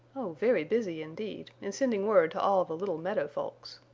oh very busy indeed, in sending word to all the little meadow folks.